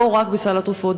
לא רק בסל התרופות,